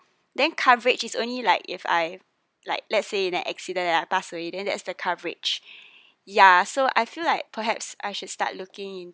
then coverage is only like if I like let's say in an accident and I pass away then there's a coverage ya so I feel like perhaps I should start looking